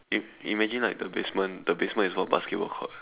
im~ imagine like the basement the basement is all basketball court